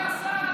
אדוני השר,